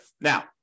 Now